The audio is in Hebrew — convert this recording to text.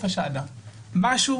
משהו